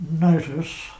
notice